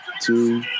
two